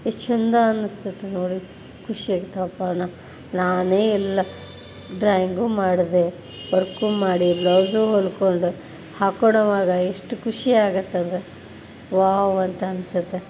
ಎಷ್ಟು ಚಂದ ಅನಿಸ್ತದೆ ನೋಡಿ ಖುಷಿ ಆಯಿತು ಅಪರ್ಣ ನಾನೆ ಎಲ್ಲ ಡ್ರಾಯಿಂಗು ಮಾಡಿದೆ ವರ್ಕು ಮಾಡಿ ಬ್ಲೌಝು ಹೊಲ್ಕೊಂಡು ಹಾಕ್ಕೊಳ್ಳುವಾಗ ಎಷ್ಟು ಖುಷಿ ಆಗುತ್ತಂದ್ರೆ ವಾವ್ ಅಂತ ಅನಿಸುತ್ತೆ